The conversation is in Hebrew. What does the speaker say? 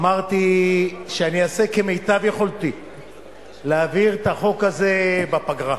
אמרתי שאני אעשה כמיטב יכולתי להעביר את החוק הזה בפגרה.